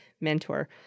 mentor